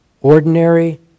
ordinary